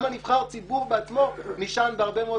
גם נבחר הציבור בעצמו נשען בהרבה מאוד